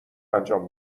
انجام